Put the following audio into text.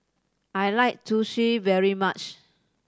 I like Zosui very much